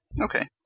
Okay